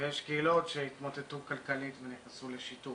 ויש קהילות שהתמוטטו כלכלית ונכנסו לשיתוק,